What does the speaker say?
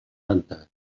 dentat